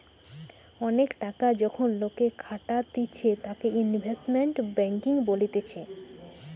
অনেক টাকা যখন লোকে খাটাতিছে তাকে ইনভেস্টমেন্ট ব্যাঙ্কিং বলতিছে